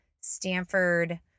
Stanford